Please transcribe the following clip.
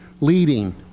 Leading